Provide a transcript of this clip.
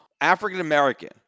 African-American